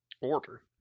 order